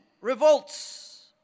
revolts